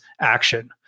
action